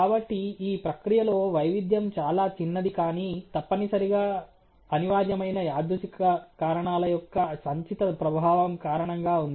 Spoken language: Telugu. కాబట్టి ఈ ప్రక్రియలో వైవిధ్యం చాలా చిన్నది కాని తప్పనిసరిగా అనివార్యమైన యాదృచ్ఛిక కారణాల యొక్క సంచిత ప్రభావం కారణంగా ఉంది